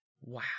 wow